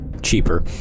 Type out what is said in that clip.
cheaper